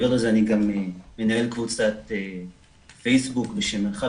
אני גם מנהל קבוצת פייסבוק בשם "מרחב